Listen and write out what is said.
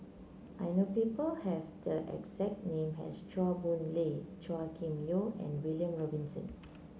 I know people have the exact name as Chua Boon Lay Chua Kim Yeow and William Robinson